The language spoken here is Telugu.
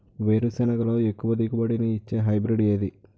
వేరుసెనగ లో ఎక్కువ దిగుబడి నీ ఇచ్చే హైబ్రిడ్ ఏది?